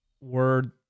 word